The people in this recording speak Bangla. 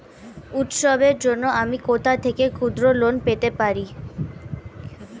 উৎসবের জন্য আমি কোথা থেকে ক্ষুদ্র লোন পেতে পারি?